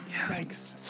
thanks